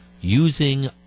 using